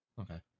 okay